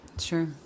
Sure